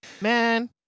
man